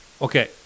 Okay